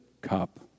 cup